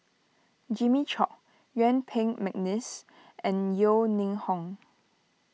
Jimmy Chok Yuen Peng McNeice and Yeo Ning Hong